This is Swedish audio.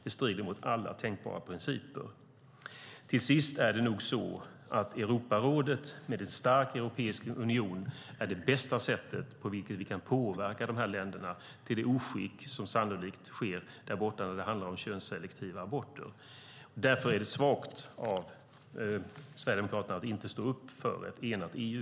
Det strider mot alla tänkbara principer. Till sist är det nog så att Europarådet med en stark europeisk union är det bästa sättet på vilket vi kan påverka dessa länder när det gäller det oskick med könsselektiva aborter som sannolikt sker där borta. Därför är det svagt av Sverigedemokraterna att inte stå upp för ett enat EU.